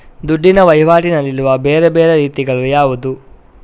ದುಡ್ಡಿನ ವಹಿವಾಟಿನಲ್ಲಿರುವ ಬೇರೆ ಬೇರೆ ರೀತಿಗಳು ಯಾವುದು?